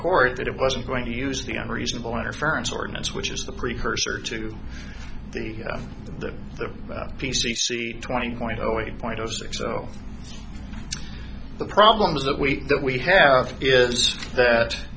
court that it wasn't going to use the unreasonable interference ordinance which is the precursor to the the p c c twenty point zero eight point zero six so the problem is that we that we have is that